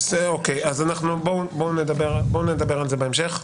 אז אוקיי, אז בואו נדבר על זה בהמשך.